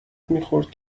میخورد